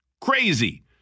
crazy